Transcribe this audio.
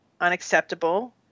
unacceptable